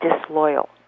disloyal